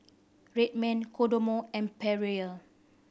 Red Man Kodomo and Perrier